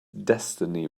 destiny